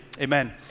amen